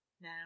now